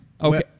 Okay